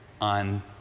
on